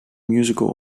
musical